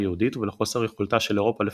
היהודית" ולחוסר יכולתה של אירופה לפותרה,